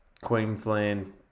Queensland